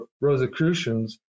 rosicrucians